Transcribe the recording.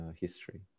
history